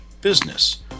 business